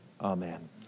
amen